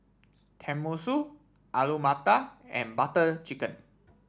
Tenmusu Alu Matar and Butter Chicken